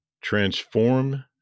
transform